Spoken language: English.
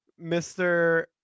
Mr